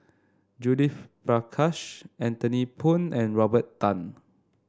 Judith Prakash Anthony Poon and Robert Tan